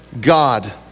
God